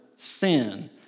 sin